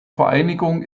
vereinigungen